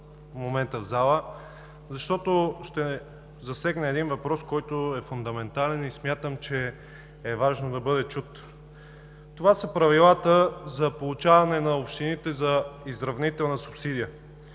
Това са правилата за получаване на общините за изравнителна субсидия.